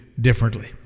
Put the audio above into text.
differently